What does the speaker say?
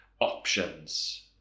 options